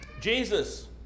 Jesus